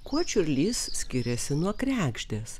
kuo čiurlys skiriasi nuo kregždės